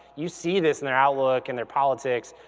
you see this in their outlook and their politics,